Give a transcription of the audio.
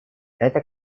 это